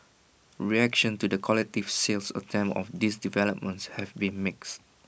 reactions to the collective sales attempt of these developments have been mixed